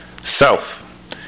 Self